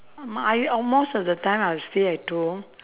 I all most of the time I will stay at home